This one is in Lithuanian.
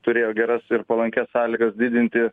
turėjo geras ir palankias sąlygas didinti